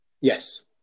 Yes